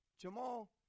Jamal